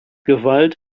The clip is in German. gewalt